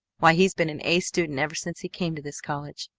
why, he's been an a student ever since he came to this college,